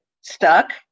stuck